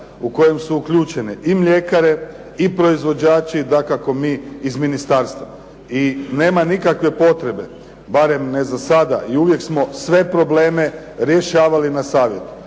u kojem su uključeni i mljekare i proizvođači, dakako mi iz ministarstva i nema nikakve potrebe, barem ne za sada i uvijek smo sve probleme rješavali na Savjetu.